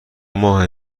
ماه